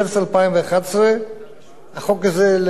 במרס 2011 עבר החוק הזה,